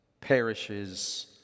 perishes